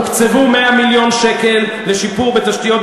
הוקצבו 100 מיליון שקל לשיפור תשתיות,